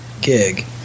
Gig